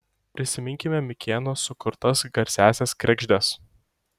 prisiminkime mikėno sukurtas garsiąsias kregždes